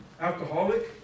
alcoholic